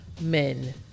men